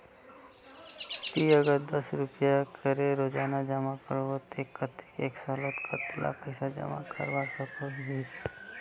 ती अगर दस रुपया करे रोजाना जमा करबो ते कतेक एक सालोत कतेला पैसा जमा करवा सकोहिस?